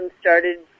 started